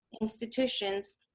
institutions